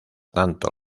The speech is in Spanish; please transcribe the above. tanto